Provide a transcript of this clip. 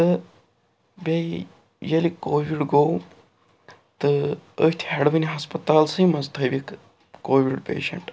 تہٕ بیٚیہِ ییٚلہِ کووِڈ گوٚو تہٕ أتھۍ ہٮ۪ڈوٕنۍ ہَسپَتالسٕے منٛز تھٲوِکھ کووِڈ پیشنٛٹ